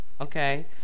Okay